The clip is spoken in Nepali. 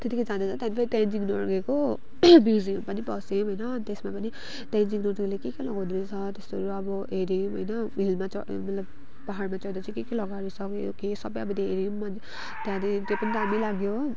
त्यतिकै जाँदा जाँदा त्यहाँदेखि फेरि तेन्जिङ नोर्गेको म्युजियम पनि पस्यौँ होइन त्यसमा पनि तेन्जिङ नोर्गेले के के लगाउँदो रहेछ त्यस्तोहरू अब हेऱ्यौँ होइन हिलमा चड् मतलब पहाडमा चढ्दा चाहिँ के के लगाएको रहेछ त्यो सबै अब त्यो हेऱ्यौँ त्यहाँदेखि त्यो पनि दामी लाग्यो हो